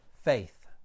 faith